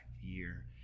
year